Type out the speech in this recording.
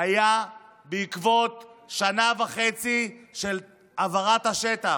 היה בעקבות שנה וחצי של הבערת השטח,